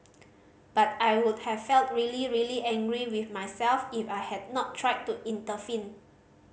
but I would have felt really really angry with myself if I had not tried to intervene